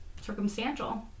circumstantial